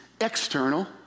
external